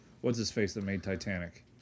what's-his-face-that-made-titanic